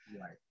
right